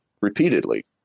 repeatedly